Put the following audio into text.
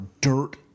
dirt